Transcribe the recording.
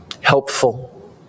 helpful